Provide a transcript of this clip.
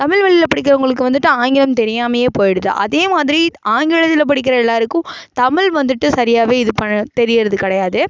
தமிழ் வழியில படிக்கிறவங்களுக்கு வந்துட்டு ஆங்கிலம் தெரியாமலேயே போய்டுது அதேமாதிரி ஆங்கிலத்தை படிக்கிற எல்லோருக்கும் தமிழ் வந்துட்டு சரியாகவே இது பண்ண தெரிகிறது கிடையாது